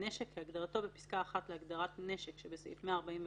"נשק" כהגדרתו בפסקה (1) להגדרה "נשק" שבסעיף 144(ג),